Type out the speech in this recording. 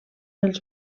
els